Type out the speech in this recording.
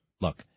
look